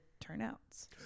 turnouts